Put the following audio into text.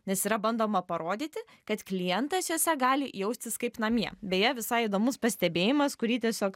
nes yra bandoma parodyti kad klientas jose gali jaustis kaip namie beje visai įdomus pastebėjimas kurį tiesiog